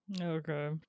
Okay